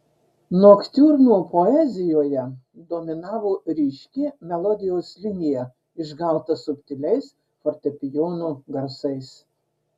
noktiurno poezijoje dominavo ryški melodijos linija išgauta subtiliais fortepijono garsais